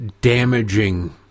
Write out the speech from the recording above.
damaging